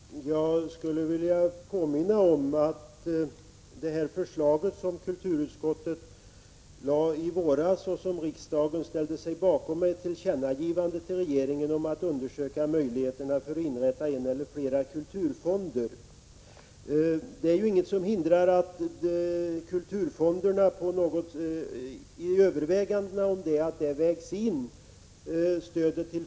Herr talman! Jag skulle vilja påminna om det förslag som kulturutskottet lade fram i våras och som riksdagen ställde sig bakom med ett tillkännagivande till regeringen om att undersöka möjligheterna att inrätta en eller flera kulturfonder. Det är inget som hindrar att stödet till folkrörelserna tas med i övervägandena om kulturfonderna.